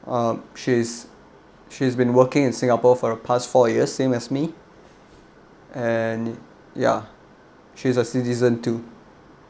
um she's she's been working in singapore for a past four years same as me and ya she's a citizen too